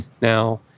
Now